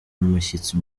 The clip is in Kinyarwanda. umushyitsi